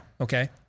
okay